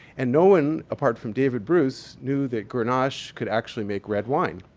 and no one, apart from david bruce, knew that grenache could actually make red wine